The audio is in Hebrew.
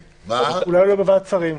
אולי הוא לא בוועדת שרים?